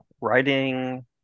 Writing